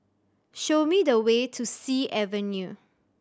show me the way to Sea Avenue